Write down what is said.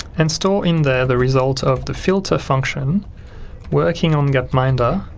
and store in there the result of the filter function working on gaminder